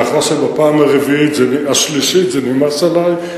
לאחר שבפעם השלישית זה נמאס עלי,